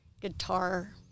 guitar